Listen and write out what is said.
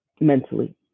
mentally